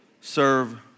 Serve